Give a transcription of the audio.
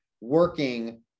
working